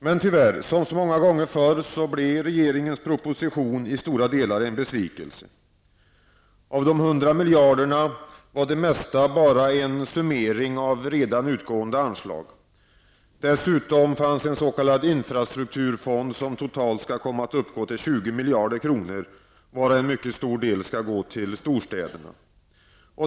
Men tyvärr, som så många gånger förr så blev regeringens proposition i stora delar en besvikelse. Av de hundra miljarderna var det nästan bara en summering av redan utgående anslag. Dessutom fanns det en s.k. infrastrukturfond som totalt skulle komma att uppgå till 20 miljarder kronor, varav en mycket stor del skall gå till storstäderna.